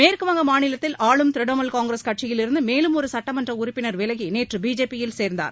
மேற்குவங்க மாநிலத்தில் ஆளும் திரிணமுல் காங்கிரஸ் கட்சியிலிருந்து மேலும் ஒரு சட்டமன்ற உறுப்பினர் விலகி நேற்று பிஜேபியில் சேர்ந்தார்